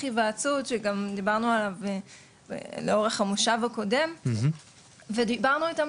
היוועצות שגם דיברנו עליו לאורך המושב הקודם ודיברנו איתם